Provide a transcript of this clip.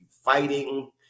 fighting